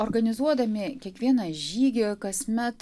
organizuodami kiekvieną žygį kasmet